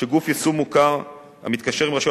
שגוף יישום מוכר המתקשר עם רשויות